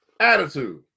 attitude